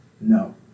No